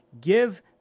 give